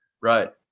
Right